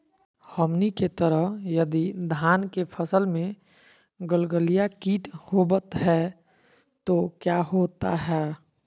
हमनी के तरह यदि धान के फसल में गलगलिया किट होबत है तो क्या होता ह?